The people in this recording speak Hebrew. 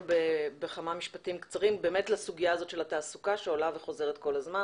בכמה משפטים קצרים באמת לסוגיה של התעסוקה שעולה וחוזרת כל הזמן,